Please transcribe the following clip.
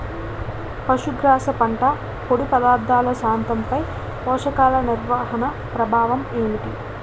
పశుగ్రాస పంట పొడి పదార్థాల శాతంపై పోషకాలు నిర్వహణ ప్రభావం ఏమిటి?